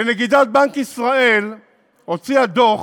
ונגידת בנק ישראל הוציאה דוח